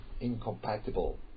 incompatible